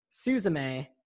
Suzume